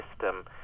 system